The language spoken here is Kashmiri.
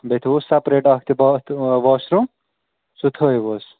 بیٚیہِ تھٲیوس سٮپریٹ اَکھ تہِ باتھ واشروٗم سُہ تھٲیِوُس